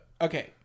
Okay